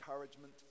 encouragement